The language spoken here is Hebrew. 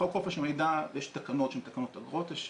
בחוק חופש המידע יש תקנות שמתקנות הלכות, יש